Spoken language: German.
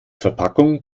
verpackung